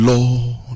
Lord